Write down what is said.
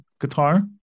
guitar